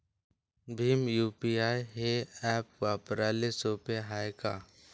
Bhim UPI हे app वापराले सोपे हाय का?